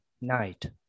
night